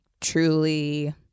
truly